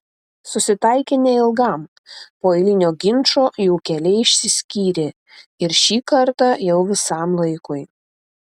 susitaikė neilgam po eilinio ginčo jų keliai išsiskyrė ir šį kartą jau visam laikui